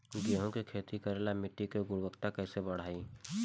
गेहूं के खेती करेला मिट्टी के गुणवत्ता कैसे बढ़ाई?